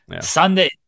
sunday